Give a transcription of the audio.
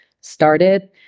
started